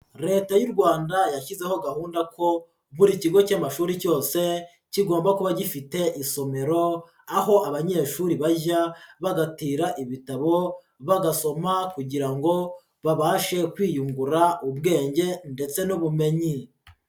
Leta y'u Rwanda yashyizeho gahunda ko buri kigo cy'amashuri cyose, kigomba kuba gifite isomero, aho abanyeshuri bajya bagatira ibitabo, bagasoma kugira ngo babashe kwiyungura ubwenge ndetse n'ubumenyi.